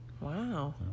Wow